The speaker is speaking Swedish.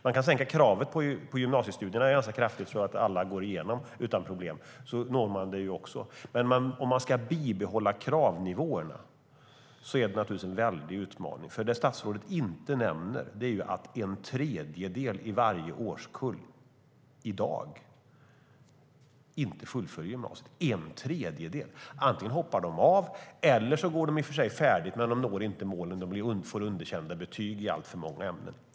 Man kan sänka kravet på gymnasiestudierna ganska kraftigt så att alla går igenom utan problem. Då når man det också. Men om man ska bibehålla kravnivåerna är det en väldig utmaning. Det statsrådet inte nämner är att en tredjedel i varje årskull i dag inte fullföljer gymnasiet. Antingen hoppar de av eller så går de i och för sig färdigt men når inte målen och får underkända betyg i alltför många ämnen.